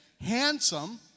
handsome